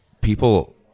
people